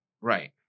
Right